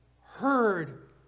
heard